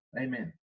Amen